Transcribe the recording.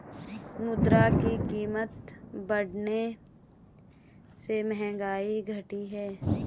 मुद्रा की कीमत बढ़ने से महंगाई घटी है